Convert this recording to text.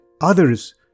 others